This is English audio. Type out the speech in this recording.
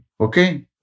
Okay